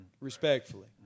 respectfully